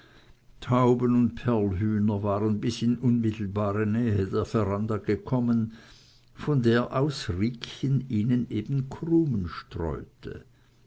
tauben und perlhühner waren bis in unmittelbare nähe der veranda gekommen von der aus riekchen ihnen eben krumen streute